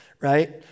right